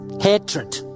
Hatred